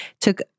took